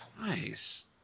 Nice